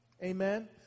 Amen